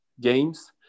games